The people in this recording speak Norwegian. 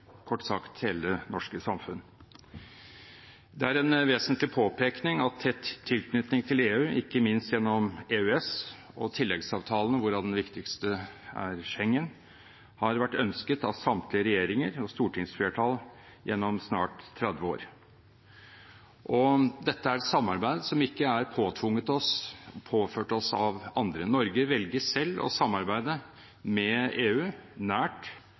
kort sagt hele det norske samfunn. Det er en vesentlig påpekning at tett tilknytning til EU, ikke minst gjennom EØS og tilleggsavtalene, hvorav den viktigste er Schengen, har vært ønsket av samtlige regjeringer og stortingsflertall gjennom snart 30 år. Dette er et samarbeid som ikke er påtvunget oss, ikke påført oss av andre. Norge velger selv å samarbeide nært med EU,